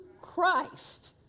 Christ